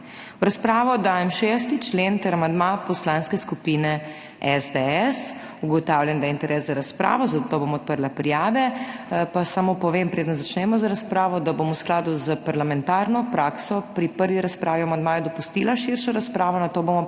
V razpravo dajem 6. člen ter amandma Poslanske skupine SDS. Ugotavljam, da je interes za razpravo, zato bom odprla prijave. Pa samo povem, preden začnemo z razpravo, da bom v skladu s parlamentarno prakso pri prvi razpravi o amandmaju dopustila širšo razpravo, nato bomo pa ozko